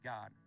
God